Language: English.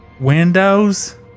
Windows